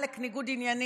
עלק ניגוד עניינים.